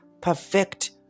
perfect